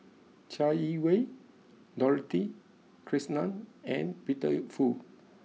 Chai Yee Wei Dorothy Krishnan and Peter Fu